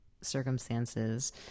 circumstances